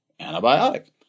Antibiotic